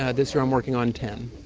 ah this year i'm working on ten.